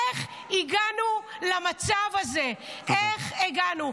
איך הגענו למצב הזה, איך הגענו?